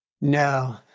No